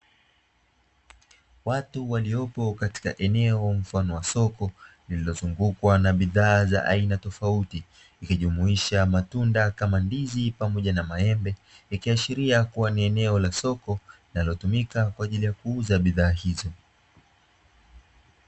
Watu waliopo katika eneo mfano wa soko lililozungukwa na bidhaa za aina tofauti, ikijumuisha matunda kama ndizi pamoja na maembe ikiashiria kuwa ni eneo la soko linalotumika kwa ajili ya kuuza bidhaa hizo.